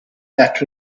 that